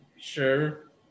Sure